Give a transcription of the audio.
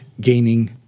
gaining